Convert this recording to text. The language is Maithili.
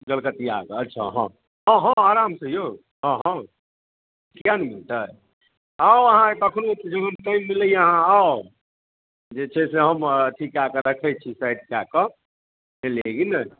कलकतिया कऽ अच्छा हँ हँ हँ आरामसँ यौ हँ हँ किएक नहि मिलतै आउ अहाँ कखनो जखनो टाइम मिलैए अहाँ आउ जे छै से हम अथी कए कऽ रखैत छी पैक कए कऽ बुझलियै कि नहि